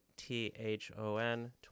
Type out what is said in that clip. T-H-O-N